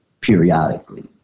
periodically